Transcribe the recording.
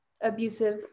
abusive